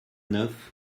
neuf